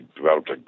developed